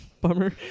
Bummer